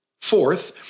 Fourth